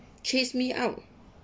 chased me out